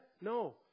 No